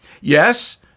Yes